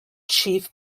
chief